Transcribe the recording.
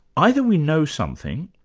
either we know something,